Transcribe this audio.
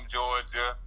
Georgia